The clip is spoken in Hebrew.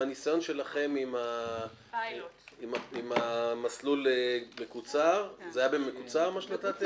מהניסיון שלכם עם המסלול המקוצר זה היה במקוצר מה שנתתם?